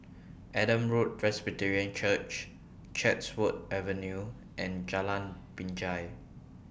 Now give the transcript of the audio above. Adam Road Presbyterian Church Chatsworth Avenue and Jalan Binjai